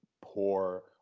poor